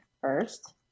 First